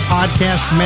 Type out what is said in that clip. Podcast